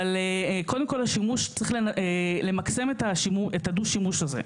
אבל קודם כול צריך למקסם את הדו-השימוש הזה.